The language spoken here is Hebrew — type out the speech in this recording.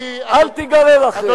אל תיגרר אחריהם.